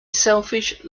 selfish